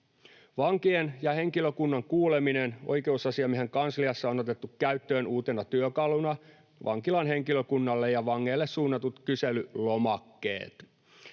”Vankien ja henkilökunnan kuuleminen: Oikeusasiamiehen kansliassa on otettu käyttöön uutena työkaluna vankilan henkilökunnalle ja vangeille suunnatut kyselylomakkeet.